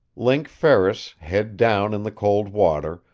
link ferris, head down in the cold water,